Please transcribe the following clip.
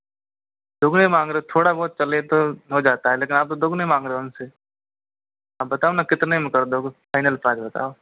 दुगने मांग रहे हो थोड़ा बहुत चले तो समझ आता है लेकिन आप तो दुगने मांग रहे हो उनसे आप बताओ न कितने में कर दोगे फ़ाइनल प्राइस बताओ